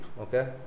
okay